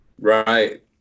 Right